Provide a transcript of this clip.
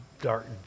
dark